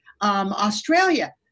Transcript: Australia